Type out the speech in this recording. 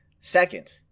Second